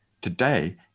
Today